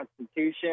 constitution